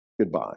goodbye